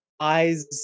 eyes